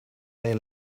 they